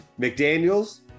McDaniel's